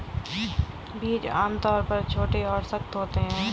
बीज आमतौर पर छोटे और सख्त होते हैं